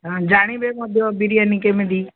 ହଁ ଜାଣିବେ ମଧ୍ୟ ବିରିୟାନୀ କେମିତି